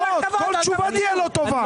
כל תשובה לא תהיה טובה.